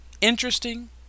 interesting